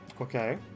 Okay